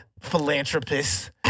philanthropist